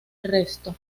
resto